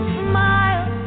smile